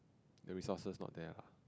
the resources not there lah